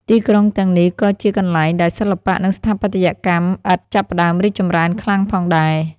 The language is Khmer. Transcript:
ទីក្រុងទាំងនេះក៏ជាកន្លែងដែលសិល្បៈ និងស្ថាបត្យកម្មឥដ្ឋចាប់ផ្តើមរីកចម្រើនខ្លាំងផងដែរ។